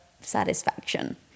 satisfaction